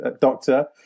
doctor